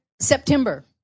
September